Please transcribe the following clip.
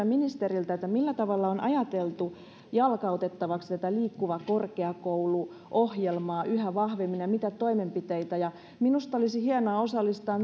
ministeriltä millä tavalla on ajateltu jalkautettavaksi tätä liikkuva korkeakoulu ohjelmaa yhä vahvemmin ja mitä toimenpiteitä minusta olisi hienoa osallistaa